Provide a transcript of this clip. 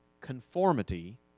conformity